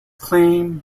claim